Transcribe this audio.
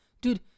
Dude